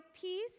peace